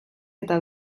eta